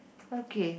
okay